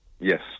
Yes